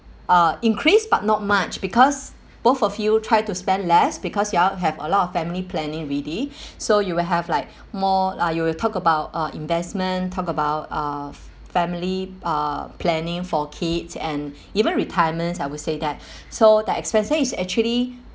uh increased but not much because both of you try to spend less because you all have a lot of family planning already so you will have like more uh you will talk about uh investment talk about uh family uh planning for kids and even retirements I would say that so the expenses it's actually